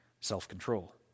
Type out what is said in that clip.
self-control